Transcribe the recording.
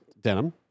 Denim